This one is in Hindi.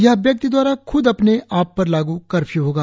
यह व्यक्ति द्वारा ख्द अपने आप पर लागू कर्फ्यू होगा